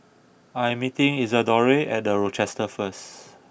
I am meeting Isadore at The Rochester first